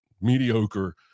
mediocre